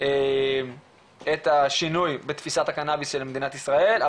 את השינוי בתפיסת הקנאביס של מדינת ישראל.